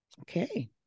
Okay